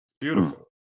beautiful